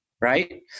Right